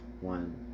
one